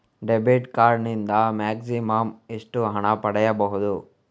Debit card ನಿಂದ maximum ಎಷ್ಟು ಹಣ ಪಡೆಯಬಹುದು?